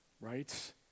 Right